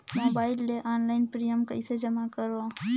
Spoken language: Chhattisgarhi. मोबाइल ले ऑनलाइन प्रिमियम कइसे जमा करों?